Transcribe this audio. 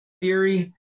theory